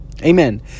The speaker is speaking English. Amen